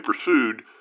pursued